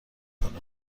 کنی